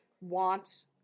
want